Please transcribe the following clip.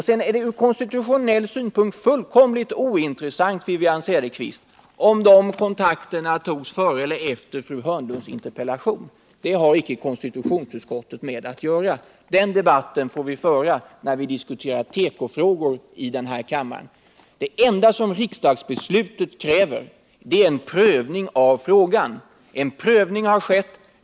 Sedan är det ur konstitutionell synpunkt fullkomligt ointressant, Wivi Anne Cederqvist, om de kontakterna tagits före eller efter fru Hörnlunds interpellation. Det har icke konstitutionsutskottet med att göra. Den debatten får vi föra när vi diskuterar tekofrågor här i kammaren. Det enda som riksdagsbeslutet kräver är en prövning av frågan — och en prövning har skett.